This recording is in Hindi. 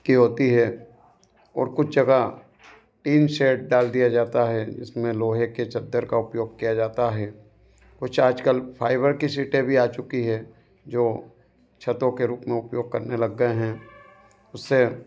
कि होती है और कुछ जगह टीन शैड डाल दिया जाता है जिसमें लोहे के चद्दर का उपयोग किया जाता है कुछ आजकल फाइबर कि सीटें भी आ चुकी है जो छतों के रूप में उपयोग करने लग गए हैं उससे